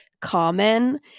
common